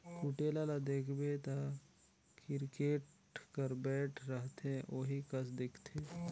कुटेला ल देखबे ता किरकेट कर बैट रहथे ओही कस दिखथे